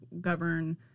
govern